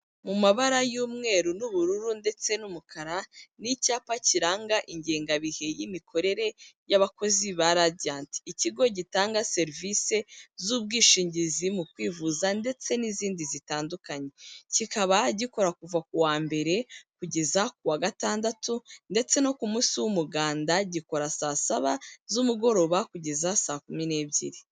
Mu mabara y'umweru n'ubururu ndetse n'umukara n'icyapa kiranga ingengabihe y'imikorere y'abakozi ba radiant ikigo gitanga serivisi z'ubwishingizi mu kwivuza ndetse n'izindi zitandukanye kikaba gikora kuva kuwa mbere kugeza ku wa gatandatu ndetse no ku munsi w'umuganda gikora saa saba z'umugoroba kugeza saa kumi n'ebyiri.